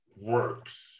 works